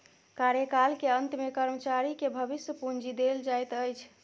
कार्यकाल के अंत में कर्मचारी के भविष्य पूंजी देल जाइत अछि